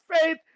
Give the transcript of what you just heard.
faith